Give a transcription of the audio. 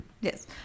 Yes